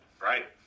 right